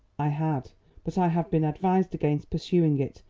i had but i have been advised against pursuing it.